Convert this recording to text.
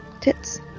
Tits